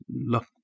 look